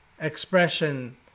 expression